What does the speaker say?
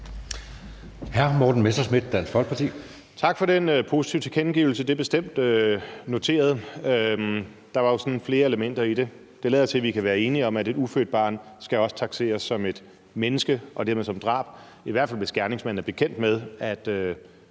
Tak for den positive tilkendegivelse. Det er bestemt noteret. Der var jo sådan flere elementer i det. Det lader til, at vi kan være enige om, at et ufødt barn også skal takseres som et menneske, og at det dermed også skal takseres som drab, i hvert fald hvis gerningsmanden er bekendt med, at